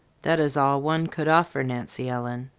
that is all one could offer nancy ellen.